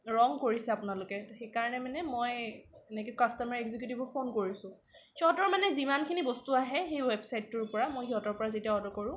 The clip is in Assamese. ৰং কৰিছে আপোনালোকে সেইকাৰণে মানে মই সেনেকৈ কাষ্টমাৰ একজোকেটিভক ফোন কৰিছোঁ সিহঁতৰ মানে যিমানখিনি বস্তু আহে সেই ৱেবচাইটটোৰ পৰা মই সিহঁতৰ পৰা যেতিয়া অৰ্ডাৰ কৰোঁ